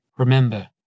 Remember